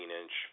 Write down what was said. inch